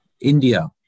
India